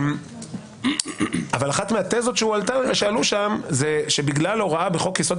אחת מהתזות שהועלו שם היא שבגלל הוראה בחוק-יסוד: